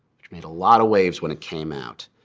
which made a lot of waves when it came out.